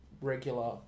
regular